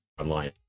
online